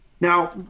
Now